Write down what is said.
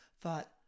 thought